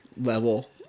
level